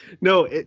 No